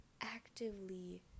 actively